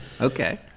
okay